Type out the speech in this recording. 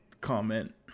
comment